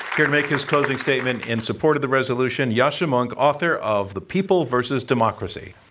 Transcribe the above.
here to make his closing statement in support of the resolution, yoscha mounk, author of the people vs. democracy.